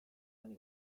many